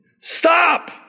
Stop